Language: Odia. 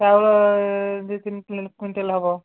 ଚାଉଳ ଦୁଇ ତିନି କୁଇଣ୍ଟାଲ ହେବ